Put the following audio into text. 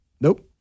Nope